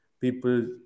people